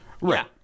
right